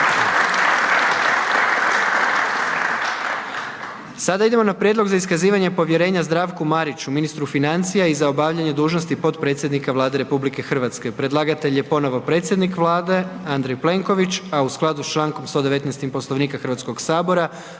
Sada idemo na Prijedlog za iskazivanje povjerenja Zdravku Mariću, ministru financija i za obavljanje dužnosti potpredsjednika Vlade Republike Hrvatske. Predlagatelj je ponovno predsjednik Vlade, Andrej Plenković, a u skladu s člankom 119.-im Poslovnika Hrvatskog sabora